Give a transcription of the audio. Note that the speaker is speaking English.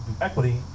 equity